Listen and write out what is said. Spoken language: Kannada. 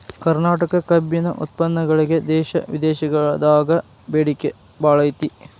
ಕರ್ನಾಟಕ ಕಬ್ಬಿನ ಉತ್ಪನ್ನಗಳಿಗೆ ದೇಶ ವಿದೇಶದಾಗ ಬೇಡಿಕೆ ಬಾಳೈತಿ